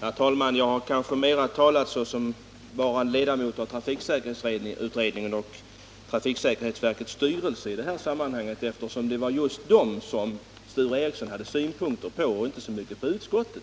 Herr talman! Jag har kanske i det här sammanhanget mest talat som ledamot i trafiksäkerhetsutredningen och trafiksäkerhetsverkets styrelse, eftersom det var just dessa Sture Ericson hade synpunkter på och inte så mycket på utskottet.